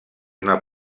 una